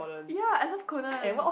ya I love Conan